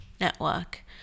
network